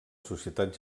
societat